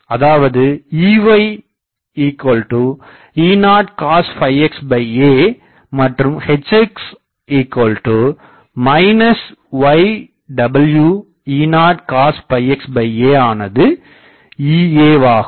அதாவது EyE0cosxa மற்றும் Hx ywE0cosxa ஆனது Ea வாகும்